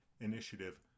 initiative